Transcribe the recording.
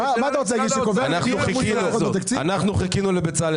אנחנו חיכינו לבצלאל